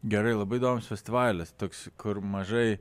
gerai labai įdomus festivalis toks kur mažai